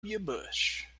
bush